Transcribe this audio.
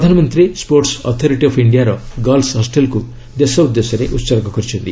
ପ୍ରଧାନମନ୍ତ୍ରୀ sports authority of ଇଣ୍ଡିଆର girls ହଷ୍ଟେଲକୁ ଦେଶ ଉଦ୍ଦେଶ୍ୟରେ ଉସର୍ଗ କରିଛନ୍ତି